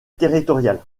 territorial